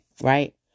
Right